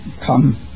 come